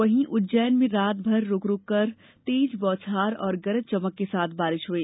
वहीं उज्जैन में रातभर रूक रूक कर तेज बौछार और गरज चमक के साथ बारिश हुई